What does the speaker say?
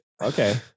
Okay